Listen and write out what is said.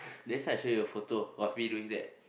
next time I show you a photo of me doing that